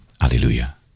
Hallelujah